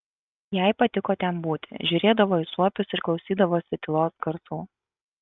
jai patiko ten būti žiūrėdavo į suopius ir klausydavosi tylos garsų